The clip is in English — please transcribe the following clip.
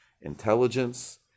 intelligence